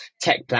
tech